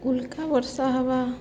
ଉଲକା ବର୍ଷା ହେବା